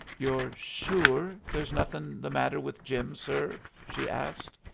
you're sure there's nothin' the matter with jim, sir? she asked.